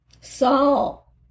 Saul